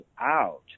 out